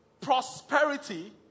prosperity